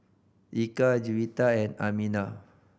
Eka Juwita and Aminah